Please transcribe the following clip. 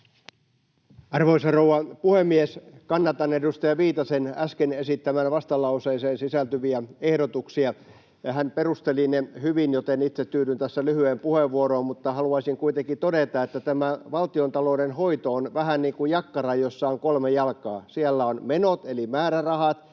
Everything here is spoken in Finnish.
Arvoisa rouva puhemies! Kannatan edustaja Viitasen äsken esittämiä vastalauseeseen sisältyviä ehdotuksia. Hän perusteli ne hyvin, joten itse tyydyn tässä lyhyeen puheenvuoroon, mutta haluaisin kuitenkin todeta, että tämä valtiontalouden hoito on vähän niin kuin jakkara, jossa on kolme jalkaa: siellä on menot eli määrärahat,